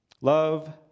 Love